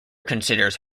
considers